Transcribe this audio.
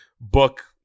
book